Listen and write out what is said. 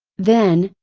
then,